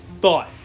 thought